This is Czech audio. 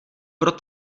pro